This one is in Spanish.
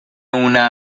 una